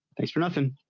thanks for nothing.